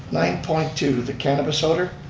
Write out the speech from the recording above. nine point two, the cannabis odor.